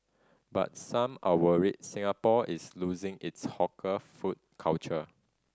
but some are worried Singapore is losing its hawker food culture